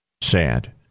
sad